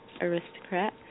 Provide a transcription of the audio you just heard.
aristocrat